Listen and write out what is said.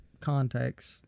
context